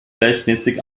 gleichmäßig